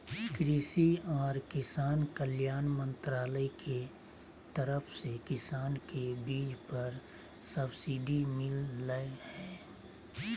कृषि आर किसान कल्याण मंत्रालय के तरफ से किसान के बीज पर सब्सिडी मिल लय हें